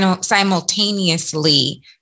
simultaneously